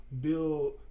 build